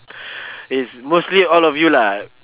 is mostly all of you lah